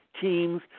teams